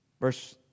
Verse